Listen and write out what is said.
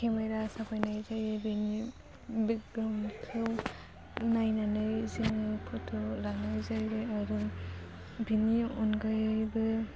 camera साफायनाय जायो बेनि बेगग्राउनखौ नायनानै जोङो फट' लानाय जायो आरो बिनि अनगायैबो